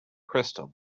crystal